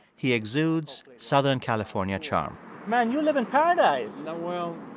he exudes southern california charm man, you live in paradise no, well,